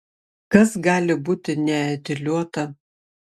kas gali būti neetiliuota